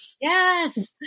Yes